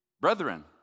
Brethren